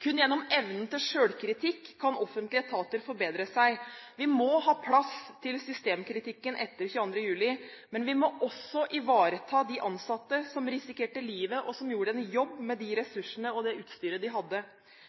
Kun gjennom evnen til selvkritikk kan offentlige etater forbedre seg. Vi må ha plass til systemkritikken etter 22. juli, men vi må også ivareta de ansatte som risikerte livet og som gjorde en jobb med de ressursene og det utstyret de hadde.